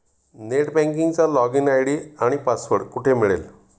Net बँकिंगचा login ID आणि password कुठे मिळेल?